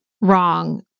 wrong